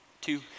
two